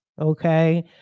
okay